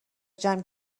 جمع